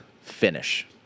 finish